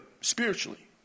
spiritually